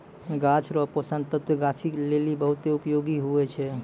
गाछ रो पोषक तत्व गाछी लेली बहुत उपयोगी हुवै छै